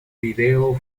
video